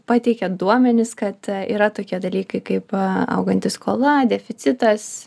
pateikiat duomenis kad yra tokie dalykai kaip auganti skola deficitas